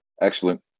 Excellent